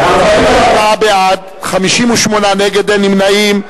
44 בעד, 58 נגד, אין נמנעים.